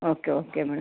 okay okay madam